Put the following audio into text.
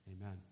Amen